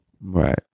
Right